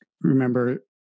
remember